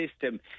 system